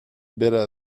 better